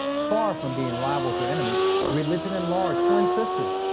far from being rivals or enemies, religion and law are twin sisters,